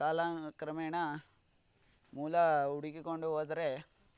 ಕಾಲ ಕ್ರಮೇಣ ಮೂಲ ಹುಡುಕಿಕೊಂಡು ಹೋದ್ರೆ